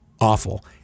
awful